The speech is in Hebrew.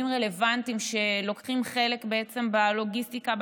רלוונטיים שלוקחים חלק בלוגיסטיקה,